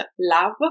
love